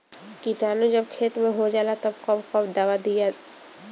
किटानु जब खेत मे होजाला तब कब कब दावा दिया?